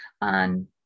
on